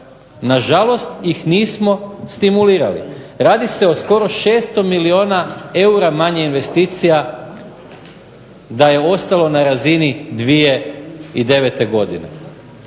Na žalost ih nismo stimulirali. Radi se o skoro 600 milijuna eura manje investicija da je ostalo na razini 2009. godine